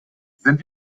sind